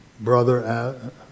brother